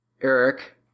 Eric